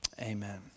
amen